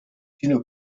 chino